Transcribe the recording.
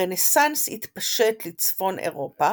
הרנסאנס התפשט לצפון אירופה